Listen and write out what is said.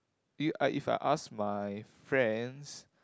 uh if I ask my friends